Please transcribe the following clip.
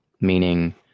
Meaning